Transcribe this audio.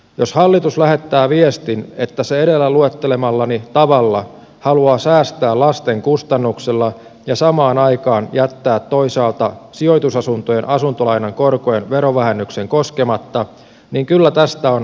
jos hallitus lähettää viestin että se edellä luettelemallani tavalla haluaa säästää lasten kustannuksella ja samaan aikaan jättää toisaalta sijoitusasuntojen asuntolainan korkojen verovähennykseen koskematta niin kyllä tästä on oikeudenmukaisuus kaukana